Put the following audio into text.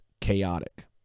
chaotic